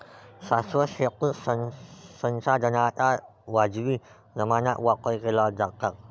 शाश्वत शेतीत संसाधनांचा वाजवी प्रमाणात वापर केला जातो